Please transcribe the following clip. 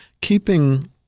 keeping